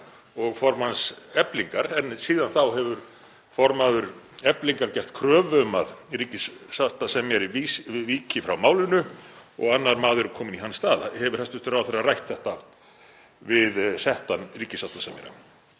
og formanns Eflingar en síðan þá hefur formaður Eflingar gert kröfu um að ríkissáttasemjari víki frá málinu og annar maður er kominn í hans stað. Hefur hæstv. ráðherra rætt þetta við settan ríkissáttasemjara?